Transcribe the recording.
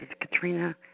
Katrina